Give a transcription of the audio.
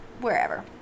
Wherever